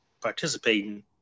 participating